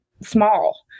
small